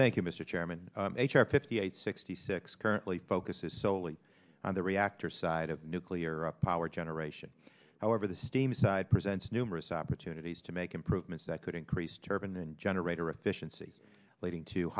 chairman h r fifty eight sixty six currently focuses solely on the reactor side of nuclear power generation however the steam side presents numerous opportunities to make improvements that could increase turban and generator efficiencies leading to